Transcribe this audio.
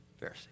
Pharisee